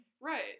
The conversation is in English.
right